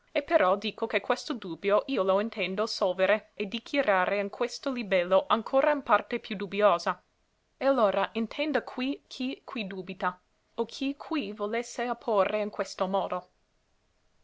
e però dico che questo dubbio io lo intendo solvere e dichiarare in questo libello ancora in parte più dubbiosa e allora intenda qui chi qui dubita o chi qui volesse opporre in questo modo